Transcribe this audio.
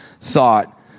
thought